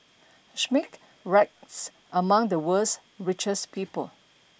Schmidt ranks among the world's richest people